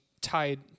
tied